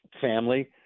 family